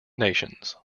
nations